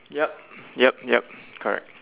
yup yup yup correct